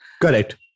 Correct